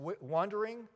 wandering